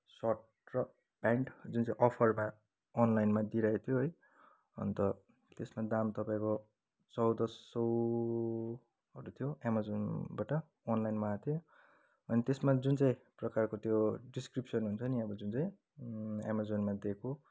short र pant जुन चाहिँ अफरमा अनलाइनमा दिइराखेको थियो है अन्त त्यसमा दाम तपाईँको चौध सयहरू थियो एमाजोनबाट अनलाइन मगाएको थिएँ अनि त्यसमा जुन चाहिँ प्रकारको त्यो डिस्क्रिप्सन हुन्छ नि अब जुन चाहिँ एमाजोनमा दिएको